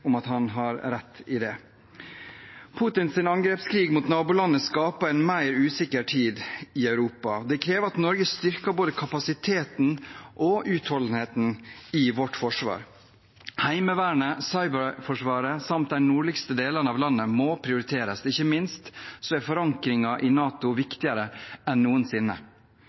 om at han rett i det. Putins angrepskrig mot nabolandet skaper en mer usikker tid i Europa. Det krever at Norge styrker både kapasiteten og utholdenheten i vårt forsvar. Heimevernet, cyberforsvaret samt de nordligste delene av landet må prioriteres – ikke minst er forankringen i NATO viktigere enn noensinne.